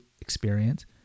experience